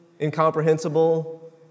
incomprehensible